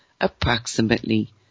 approximately